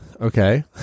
okay